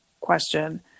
question